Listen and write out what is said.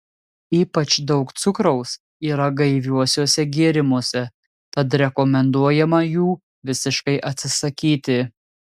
ypač daug cukraus yra gaiviuosiuose gėrimuose tad rekomenduojama jų visiškai atsisakyti